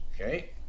Okay